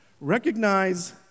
Recognize